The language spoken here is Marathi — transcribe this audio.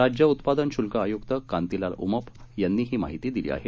राज्य उत्पादन शुल्क आयुक्त कांतीलाल उमाप यांनी ही माहिती दिली आहे